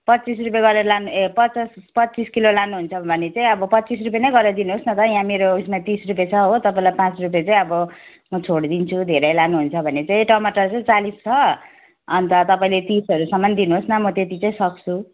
पच्चिस रुपियाँ गरेर लानु ए पचास पच्चिस किलो लानुहुन्छ भने चाहिँ अब पच्चिस रुपियाँ नै गरेर दिनुहोस् न त याँ मेरो उसमा तिस रुपियाँ छ हो तपाईँलाई पाँच रुपियाँ चाहिँ अब छोडिदिन्छु धेरै लानुहुन्छ भने चाहिँ टमटर चाहिँ चालिस छ अन्त तपाईँले तिसहरूसम्म दिनुहोस् न म त्यति चाहिँ सक्छु